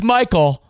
Michael